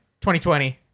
2020